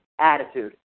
attitude